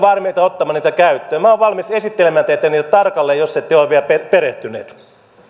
valmiita ottamaan niitä käyttöön minä olen valmis esittelemään teille niitä tarkalleen jos ette ole niihin vielä perehtyneet arvoisa